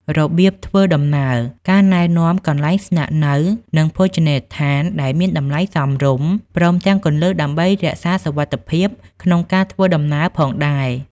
របៀបធ្វើដំណើរ ការណែនាំកន្លែងស្នាក់នៅ និងភោជនីយដ្ឋានដែលមានតម្លៃសមរម្យ ព្រមទាំងគន្លឹះដើម្បីរក្សាសុវត្ថិភាពក្នុងការធ្វើដំណើរផងដែរ។